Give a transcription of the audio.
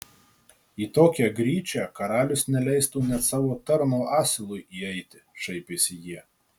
į tokią gryčią karalius neleistų net savo tarno asilui įeiti šaipėsi jie